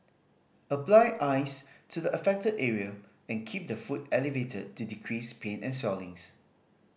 apply ice to the affected area and keep the foot elevated to decrease pain and swellings